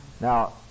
Now